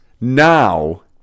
Now